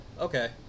okay